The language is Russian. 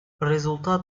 результат